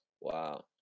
Wow